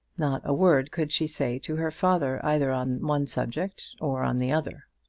not a word could she say to her father either on one subject or on the other.